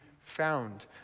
found